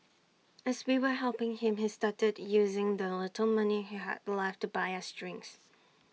as we were helping him he started using the little money he had left to buy us drinks